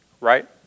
right